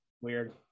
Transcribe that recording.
Weird